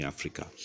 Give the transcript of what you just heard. Africa